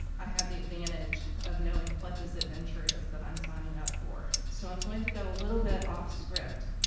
i have the advantage of knowing what this adventure is that i'm signing up for. so i'm going to go a little bit off script,